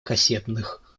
кассетных